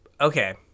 Okay